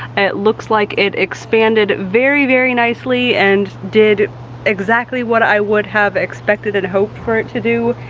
and it looks like it expanded very, very nicely and did exactly what i would have expected and hoped for it to do.